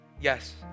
yes